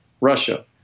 Russia